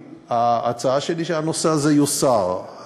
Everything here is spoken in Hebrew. ההצעה שלי היא שהנושא הזה יוסר.